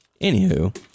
Anywho